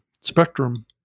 spectrum